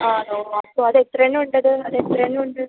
ആണോ അപ്പോൾ അത് എത്രയെണ്ണം ഉണ്ട് അത് അത് എത്രയെണ്ണം ഉണ്ട്